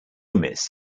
miss